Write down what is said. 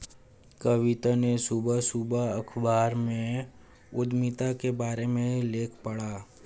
कविता ने सुबह सुबह अखबार में उधमिता के बारे में लेख पढ़ा